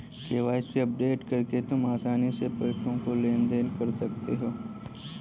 KYC update करके तुम आसानी से पैसों का लेन देन कर सकते हो